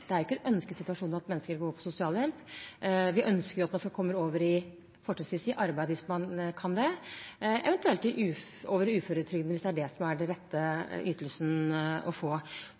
ikke er en ønsket situasjon at mennesker går på sosialhjelp. Vi ønsker at man fortrinnsvis skal komme over i arbeid hvis man kan det, eventuelt over i uføretrygd hvis det er den rette ytelsen. Poenget med endringene er